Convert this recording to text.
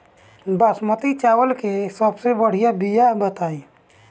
बासमती चावल के सबसे बढ़िया बिया बताई?